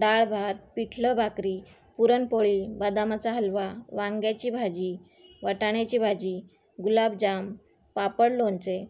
डाळ भात पिठलं भाकरी पुरणपोळी बदामाचा हलवा वांग्याची भाजी वाटाण्याची भाजी गुलाबजाम पापड लोणचे